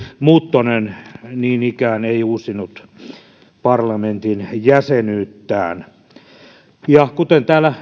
muttonen ei niin ikään uusinut parlamentin jäsenyyttään ja kuten täällä